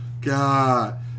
God